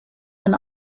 man